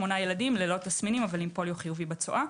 ילדים ללא תסמינים אבל עם פוליו חיובי בצואה.